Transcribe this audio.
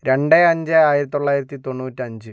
രണ്ട് അഞ്ച് ആയിരത്തി തൊള്ളായിരത്തി തൊണ്ണൂറ്റി അഞ്ച്